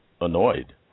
annoyed